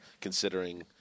considering